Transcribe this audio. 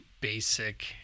basic